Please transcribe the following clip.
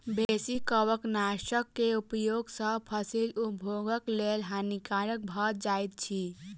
बेसी कवकनाशक के उपयोग सॅ फसील उपभोगक लेल हानिकारक भ जाइत अछि